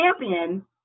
champion